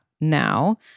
now